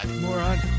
Moron